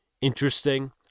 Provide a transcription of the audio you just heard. interesting